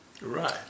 Right